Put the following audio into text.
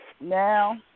now